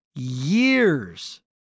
Years